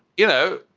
you know,